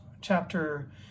chapter